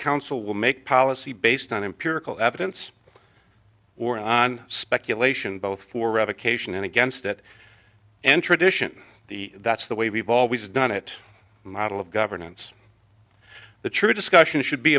council will make policy based on empirical evidence or on speculation both for revocation and against that entered ition the that's the way we've always done it model of governance the true discussion should be